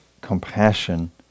compassion